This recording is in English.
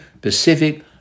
Pacific